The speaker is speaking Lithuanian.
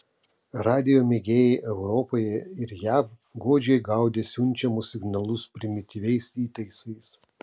radijo mėgėjai europoje ir jav godžiai gaudė siunčiamus signalus primityviais įtaisais